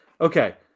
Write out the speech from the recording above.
Okay